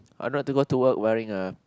I don't like to go to work wearing a